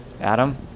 Adam